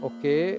Okay